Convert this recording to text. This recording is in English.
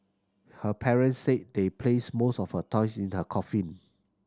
her parents said they placed most of her toys in her coffin